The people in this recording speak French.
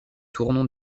tournon